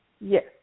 Yes